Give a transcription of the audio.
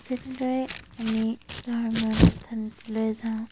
যেনেদৰে আমি ধৰ্মীয় অনুষ্ঠানলৈ যাওঁ